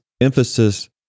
emphasis